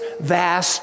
vast